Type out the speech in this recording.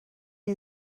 are